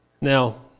Now